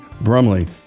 Brumley